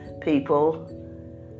people